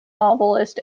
novelist